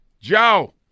Joe